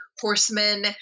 horsemen